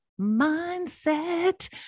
mindset